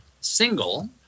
single